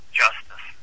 justice